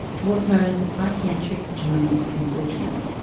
to what's known as the psychiatric genomics consortium.